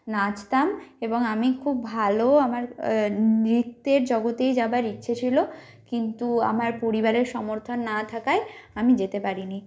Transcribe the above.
নাচতাম এবং আমি খুব ভালো আমার নৃত্যের জগতেই যাবার ইচ্ছে ছিল কিন্তু আমার পরিবারের সমর্থন না থাকায় আমি যেতে পারিনি